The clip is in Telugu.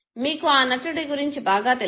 మీకు ఆ నటుడి గురించి బాగా తెలుసు